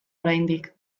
oraindik